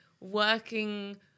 working